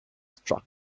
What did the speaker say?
struck